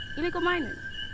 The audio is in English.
illegal miners.